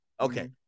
okay